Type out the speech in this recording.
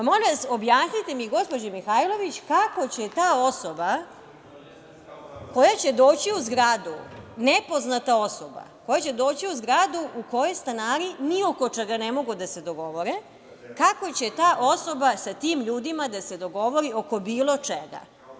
Molim vas, objasnite mi, gospođo Mihajlović, kako će ta osoba koja će doći u zgradu, nepoznata osoba koja će doći u zgradu u kojoj stanari ni oko čega ne mogu da se dogovore, kako će ta osoba sa tim ljudima da se dogovori oko bilo čega?